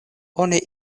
oni